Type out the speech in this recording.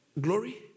glory